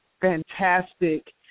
fantastic